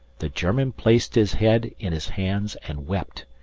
the german placed his head in his hands and wept,